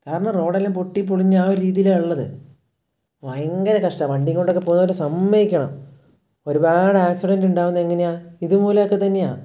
കാരണം റോഡെല്ലാം പൊട്ടിപ്പൊളിഞ്ഞ് ആ ഒരു രീതിയിലാണ് ഉള്ളത് ഭയങ്കര കഷ്ടമാണ് വണ്ടിയും കൊണ്ടൊക്കെ പോകുന്നവരെ സമ്മതിക്കണം ഒരുപാട് ആക്സിഡന്റ് ഉണ്ടാവുന്നതെങ്ങനെയാണ് ഇതുമൂലം ഒക്കെ തന്നെയാണ്